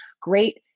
great